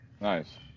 nice